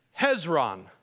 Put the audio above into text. Hezron